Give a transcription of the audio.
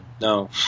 No